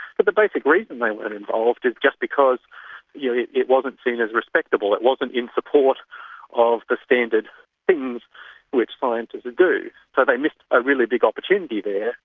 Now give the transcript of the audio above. but the basic reason they weren't involved is just because you know it it wasn't seen as respectable, it wasn't in support of the standard things which scientists do. so they missed a really big opportunity there,